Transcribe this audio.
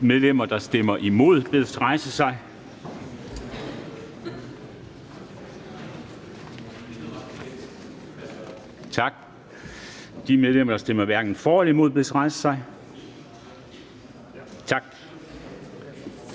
medlemmer, der stemmer imod, bedes rejse sig. Tak. De medlemmer, der stemmer hverken for eller imod, bedes rejse sig. Tak.